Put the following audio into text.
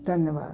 ਧੰਨਵਾਦ